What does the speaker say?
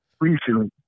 recently